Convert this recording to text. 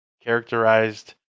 characterized